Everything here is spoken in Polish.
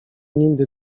nigdy